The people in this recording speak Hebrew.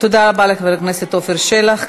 תודה רבה לחבר הכנסת עפר שלח.